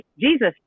Jesus